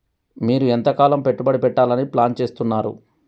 మీరు ఎంతకాలం పెట్టుబడి పెట్టాలని ప్లాన్ చేస్తున్నారు?